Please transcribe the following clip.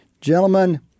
Gentlemen